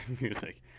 music